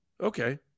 Okay